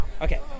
Okay